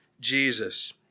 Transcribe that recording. Jesus